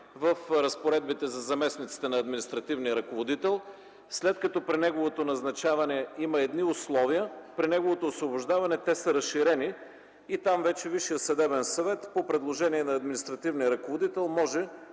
в разпоредбите за заместниците на административния ръководител. След като при неговото назначаване има едни условия, при неговото освобождаване те са разширени и там вече Висшият съдебен съвет по предложение на административния ръководител може